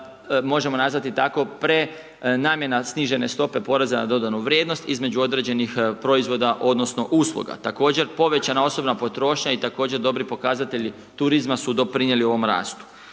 možemo nazvati tako, prenamjena snižene stope PDV-a između određenih proizvoda odnosno usluga. Također povećana osobna potrošnja i također dobri pokazatelji turizma su doprinijeli ovom rastu.